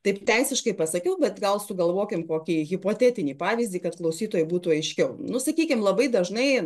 taip teisiškai pasakiau bet gal sugalvokim kokį hipotetinį pavyzdį kad klausytojui būtų aiškiau nu sakykim labai dažnai